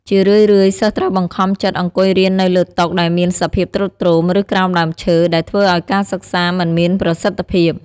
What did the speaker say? ជារឿយៗ សិស្សត្រូវបង្ខំចិត្តអង្គុយរៀននៅលើតុដែលមានសភាពទ្រុឌទ្រោម ឬក្រោមដើមឈើ ដែលធ្វើឲ្យការសិក្សាមិនមានប្រសិទ្ធភាព។